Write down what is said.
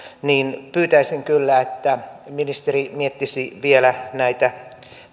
pyytäisin kyllä että ministeri miettisi vielä näitä